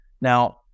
Now